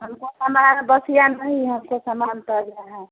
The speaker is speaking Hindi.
हमको सामान बसिया नहीं है हमको सामान ताज़ा है